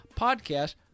podcast